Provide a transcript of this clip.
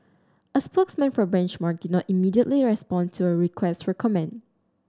a spokeswoman for Benchmark did not immediately respond to a request for comment